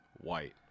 white